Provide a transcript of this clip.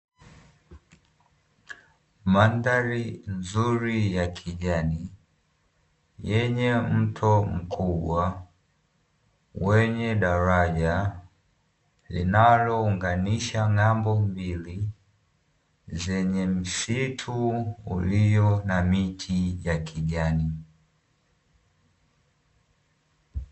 Mandhari nzuri ya kijani yenye mto mkubwa wenye daraja, linalounganisha ng’ambo mbili. Zenye msitu ulio na miti ya kijani.